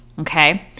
Okay